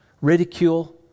ridicule